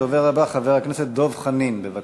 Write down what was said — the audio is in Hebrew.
הדובר הבא, חבר הכנסת דב חנין, בבקשה.